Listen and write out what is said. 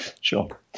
Sure